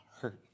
hurt